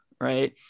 right